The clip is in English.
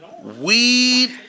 weed